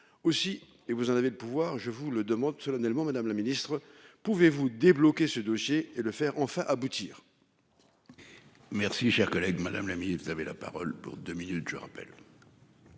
aussi et vous en avez le pouvoir. Je vous le demande solennellement, madame la ministre, pouvez-vous débloquer ce dossier et le faire enfin aboutir. Et. Merci cher collègue. Madame la Ministre, vous avez la parole pour 2 minutes je rappelle.